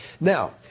Now